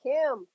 Kim